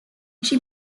she